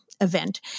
event